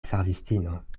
servistino